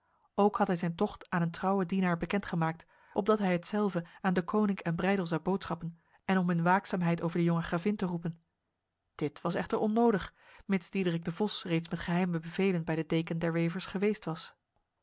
ook had hij zijn tocht aan een trouwe dienaar bekendgemaakt opdat hij hetzelve aan deconinck en breydel zou boodschappen en om hun waakzaamheid over de jonge gravin te roepen dit was echter onnodig mits diederik de vos reeds met geheime bevelen bij de deken der wevers geweest was